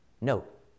Note